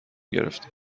گرفتند